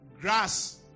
grass